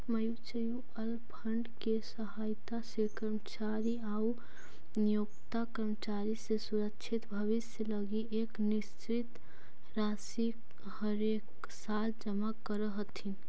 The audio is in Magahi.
म्यूच्यूअल फंड के सहायता से कर्मचारी आउ नियोक्ता कर्मचारी के सुरक्षित भविष्य लगी एक निश्चित राशि हरेकसाल जमा करऽ हथिन